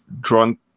drunk